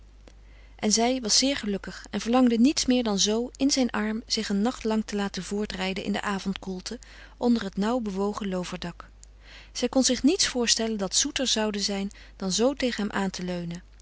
en zij was zeer gelukkig en verlangde niets meer dan zoo in zijn arm zich een nacht lang te laten voortrijden in de avondkoelte onder het nauw bewogen looverdak zij kon zich niets voorstellen dat zoeter zoude zijn dan zoo tegen hem aan te leunen